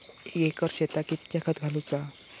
एक एकर शेताक कीतक्या खत घालूचा?